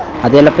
of the